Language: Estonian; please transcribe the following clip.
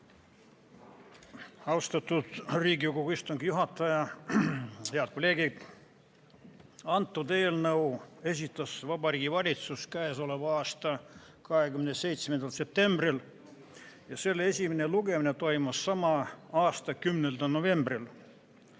Austatud Riigikogu istungi juhataja! Head kolleegid! Kõnealuse eelnõu esitas Vabariigi Valitsus k.a 27. septembril ja selle esimene lugemine toimus sama aasta 10. novembril.